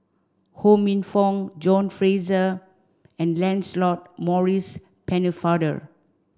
Ho Minfong John Fraser and Lancelot Maurice Pennefather